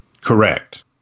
Correct